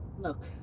Look